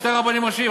שני רבנים ראשיים,